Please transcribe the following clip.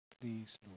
Please